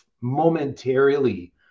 momentarily